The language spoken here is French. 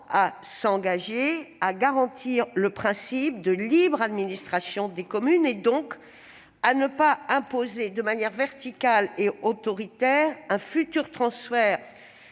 visant à garantir le principe de libre administration des communes et à empêcher que ne soit imposé de manière verticale et autoritaire un futur transfert